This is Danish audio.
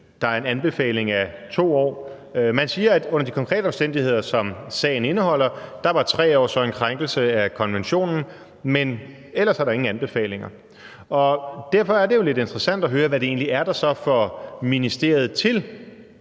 der er en anbefaling af 2 år. Man siger, at 3 år under de konkrete omstændigheder, som sagen indeholder, var en krænkelse af konventionen, men ellers er der ingen anbefalinger. Derfor er det jo lidt interessant at høre, hvad det så egentlig er, der får ministeriet til